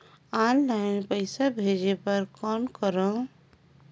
Online पईसा भेजे बर कौन करव?